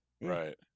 Right